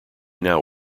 now